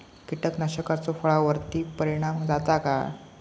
कीटकनाशकाचो फळावर्ती परिणाम जाता काय?